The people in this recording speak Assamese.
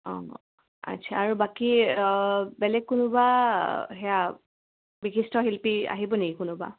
অঁ আচ্ছা আৰু বাকী বেলেগ কোনোবা সেয়া বিশিষ্ট শিল্পী আহিব নেকি কোনোবা